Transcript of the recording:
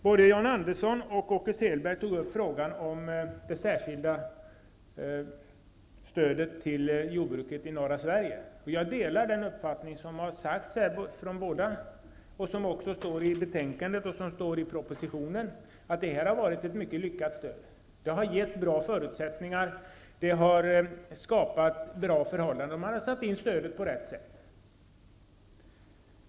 Både John Andersson och Åke Selberg tog upp frågan om det särskilda stödet till jordbruket i norra Sverige. Jag delar den uppfattning som de har framfört och som finns redovisad även i betänkandet och i propositionen, nämligen att det här har varit ett mycket lyckat stöd. Det har gett bra förutsättningar, det har skapat bra förhållanden -- man har satt in stödet på rätt sätt.